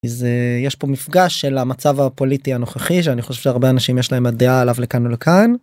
יש פה מפגש של המצב הפוליטי הנוכחי שאני חושב שהרבה אנשים יש להם הדעה עליו לכאן ולכאן.